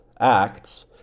acts